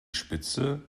spitze